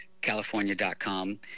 california.com